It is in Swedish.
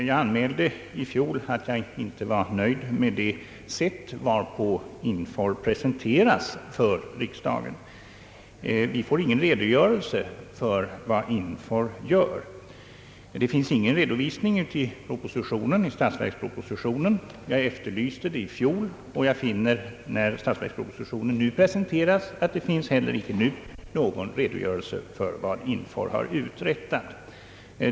Jag anmälde i fjol att jag inte var nöjd med det sätt varpå INFOR presenteras för riksdagen. Vi får inte någon redogörelse för vad INFOR gör. Det förekommer ingen redovisning i statsverkspropositionen. Jag efterlyste en sådan redovisning i fjol. Jag finner nu, när statsverkspropositionen presenteras, att det inte heller i år lämnas någon redogörelse för vad INFOR har uträttat.